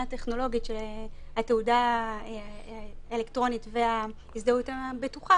טכנולוגית התעודה האלקטרונית וההזדהות הבטוחה